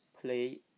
play